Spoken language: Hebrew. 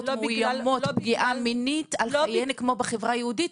מאוימות פגיעה מינית על חייהן כמו בחברה הערבית?